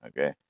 Okay